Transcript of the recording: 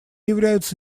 являются